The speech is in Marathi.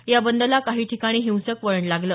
या बंदला काही ठिकाणी हिंसक वळण लागलं